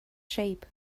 shape